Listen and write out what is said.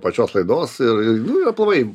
pačios laidos ir ir nu ir aplamai